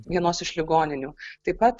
vienos iš ligoninių taip pat